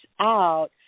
out